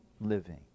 living